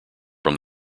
from